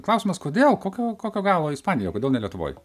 klausimas kodėl kokio kokio galo ispaniją o kodėl lietuvoj